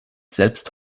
selbst